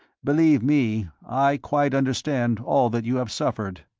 believe me, i quite understand all that you have suffered.